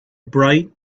bright